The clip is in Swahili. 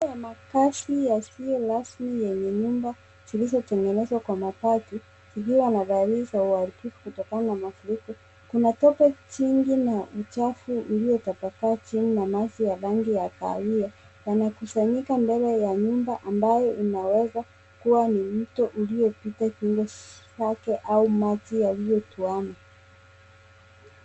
Aina ya maakazi yasiyo rasmi yenye nyumba zilizotengenezwa kwa mabati zikiwa na dhali za uharibifu kutokana na mafuriko. Kuna tope chingi na uchafu uliotapaka chini na maji ya rangi ya kahawia yanakusanyika mbele ya nyumba ambayo inaweza kuwa ni mto uliopita kingo zake au maji yaliyotoana.